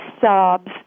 sobs